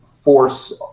force